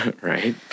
Right